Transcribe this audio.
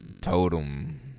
Totem